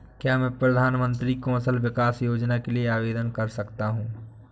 क्या मैं प्रधानमंत्री कौशल विकास योजना के लिए आवेदन कर सकता हूँ?